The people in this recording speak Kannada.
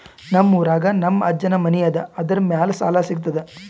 ನಮ್ ಊರಾಗ ನಮ್ ಅಜ್ಜನ್ ಮನಿ ಅದ, ಅದರ ಮ್ಯಾಲ ಸಾಲಾ ಸಿಗ್ತದ?